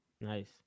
nice